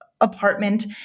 apartment